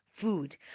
food